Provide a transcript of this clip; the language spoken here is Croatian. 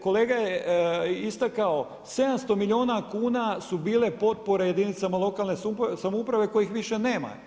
Kolega je istkao 700 milijuna kuna su bile potpore jedinicama lokalne samouprave kojih više nema.